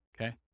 Okay